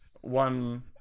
one